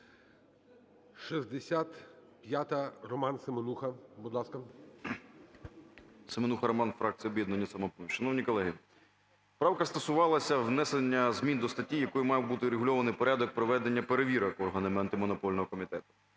65-а, Роман Семенуха, будь ласка. 13:30:24 СЕМЕНУХА Р.С. Семенуха Роман, фракція "Об'єднання "Самопоміч". Шановні колеги, правка стосувалася внесення змін до статті, якою має бути регульований порядок проведення перевірок органами Антимонопольного комітету.